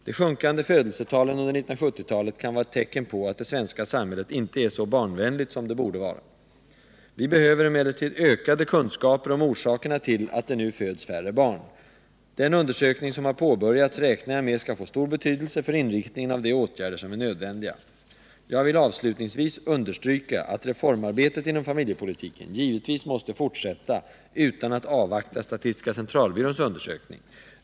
De sjunkande födelsetalen under 1970-talet kan vara ett tecken på att det svenska samhället inte är så barnvänligt som det borde vara. Vi behöver emellertid ökade kunskaper om orsakerna till att det nu föds färre barn. Den undersökning som har påbörjats räknar jag med skall få stor betydelse för inriktningen av de åtgärder som är nödvändiga. Jag vill avslutningsvis understryka att reformarbetet inom familjepolitiken givetvis måste fortsätta utan att avvakta statistiska centralbyråns undersök ning.